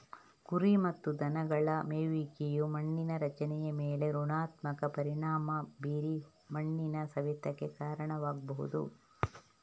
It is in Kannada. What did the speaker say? ಕುರಿ ಮತ್ತು ದನಗಳ ಮೇಯುವಿಕೆಯು ಮಣ್ಣಿನ ರಚನೆಯ ಮೇಲೆ ಋಣಾತ್ಮಕ ಪರಿಣಾಮ ಬೀರಿ ಮಣ್ಣಿನ ಸವೆತಕ್ಕೆ ಕಾರಣವಾಗ್ಬಹುದು